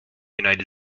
united